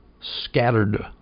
scattered